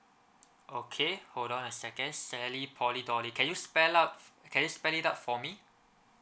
okay hold on a second sally poly dolly can you spell out can spend it out for me